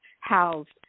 housed